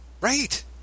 right